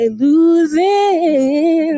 losing